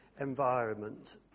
environment